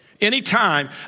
Anytime